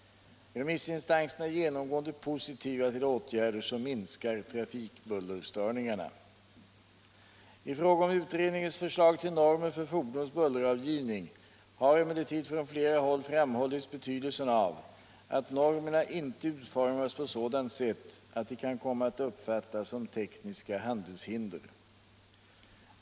Remissinstanserna är genomgående positiva till åtgärder som minskar trafikbullerstörningarna. I fråga om utredningens förslag till normer för fordons bulleravgivning har emellertid från flera håll framhållits betydelsen av att normerna inte utformas på sådant sätt att de kan komma att uppfattas som tekniska handelshinder.